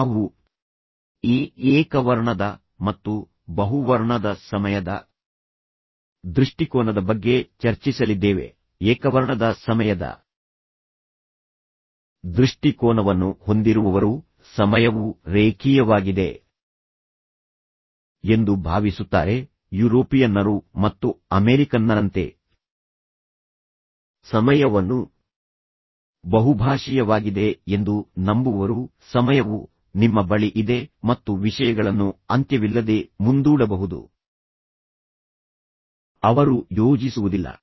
ನಾವು ಈ ಏಕವರ್ಣದ ಮತ್ತು ಬಹುವರ್ಣದ ಸಮಯದ ದೃಷ್ಟಿಕೋನದ ಬಗ್ಗೆ ಚರ್ಚಿಸಲಿದ್ದೇವೆ ಏಕವರ್ಣದ ಸಮಯದ ದೃಷ್ಟಿಕೋನವನ್ನು ಹೊಂದಿರುವವರು ಸಮಯವು ರೇಖೀಯವಾಗಿದೆ ಎಂದು ಭಾವಿಸುತ್ತಾರೆ ಯುರೋಪಿಯನ್ನರು ಮತ್ತು ಅಮೆರಿಕನ್ನರಂತೆ ಸಮಯವನ್ನು ಬಹುಭಾಷೀಯವಾಗಿದೆ ಎಂದು ನಂಬುವವರು ಸಮಯವು ನಿಮ್ಮ ಬಳಿ ಇದೆ ಮತ್ತು ವಿಷಯಗಳನ್ನು ಅಂತ್ಯವಿಲ್ಲದೆ ಮುಂದೂಡಬಹುದು ಅವರು ಯೋಜಿಸುವುದಿಲ್ಲ